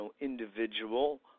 individual